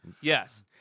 Yes